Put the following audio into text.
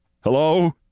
Hello